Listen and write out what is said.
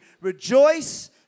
Rejoice